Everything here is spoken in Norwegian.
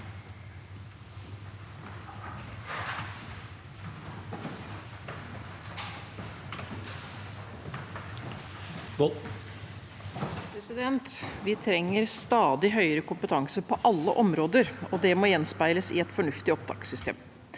Vi trenger stadig høye- re kompetanse på alle områder, og det må gjenspeiles i et fornuftig opptakssystem